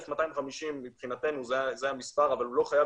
1250 מבחינתנו זה המספר אבל הוא לא חייב